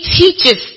teaches